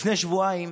לפני שבועיים